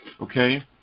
okay